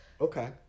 Okay